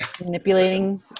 manipulating